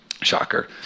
Shocker